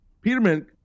Peterman